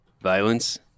violence